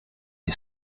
est